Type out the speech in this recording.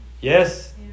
Yes